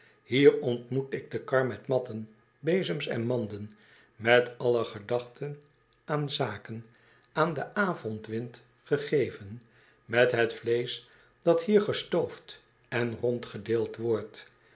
hier ontmoet ik de kar met matten bezems en manden met alle gedachten aan zaken aan den avondwind gegeven met het vleesch dat hier gestoofd en rondgedeeld wordt